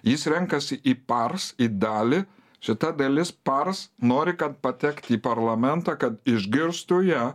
jis renkasi į pars į dalį šita dalis pars nori kad patekt į parlamentą kad išgirstų ją